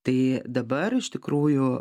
tai dabar iš tikrųjų